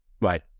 Right